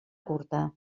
curta